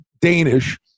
Danish